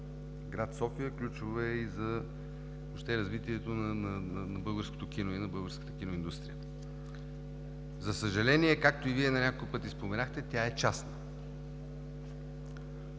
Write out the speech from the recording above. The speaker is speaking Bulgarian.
град София и въобще за развитието на българското кино и на българската киноиндустрия. За съжаление, както и Вие на няколко пъти споменахте, тя е частна.